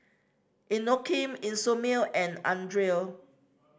Inokim Isomil and Andre